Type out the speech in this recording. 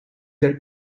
are